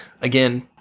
again